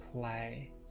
play